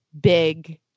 big